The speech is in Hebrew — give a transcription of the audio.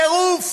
טירוף.